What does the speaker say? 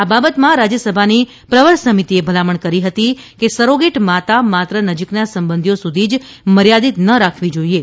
આ બાબતમાં રાજયસભાની પ્રવર સમિતિએ ભલામણ કરી હતી કે સરોગેટમાતા માત્ર નજીકના સંબંધીઓ સુધી જ મર્યાદિત ન રાખવી જોઇએ